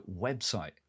website